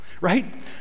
right